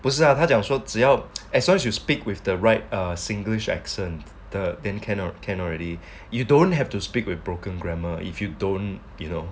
不是啊他讲说只要 as long as you speak with the right err singlish accent then then can can already you don't have to speak with broken grammar if you don't you know